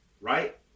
right